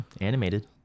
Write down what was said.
animated